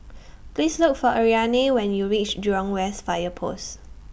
Please Look For Ariane when YOU REACH Jurong West Fire Post